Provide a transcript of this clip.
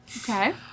Okay